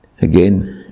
Again